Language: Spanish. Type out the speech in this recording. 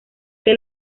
que